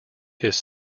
his